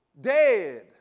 Dead